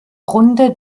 runde